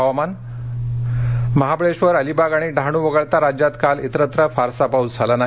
हवामान महाबळेश्वर अलिबाग आणि डहाणू वगळता राज्यात काल तिस्त्र फारसा पाऊस झाला नाही